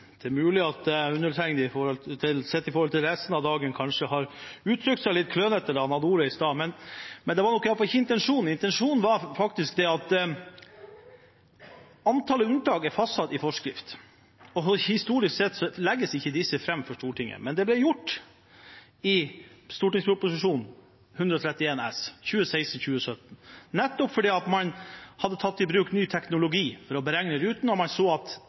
Det er mulig at undertegnede – sett i forhold til resten av dagen – kanskje uttrykte seg litt klønete da han hadde ordet i stad. Det var i alle fall ikke intensjonen. Bakgrunnen var faktisk at antall unntak er fastsatt i forskrift, og historisk sett legges ikke disse fram for Stortinget. Men det ble gjort i Prop. 131 S for 2016–2017, nettopp fordi man hadde tatt i bruk ny teknologi for å beregne ruten, og man så at